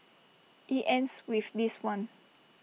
IT ends with this one